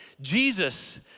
Jesus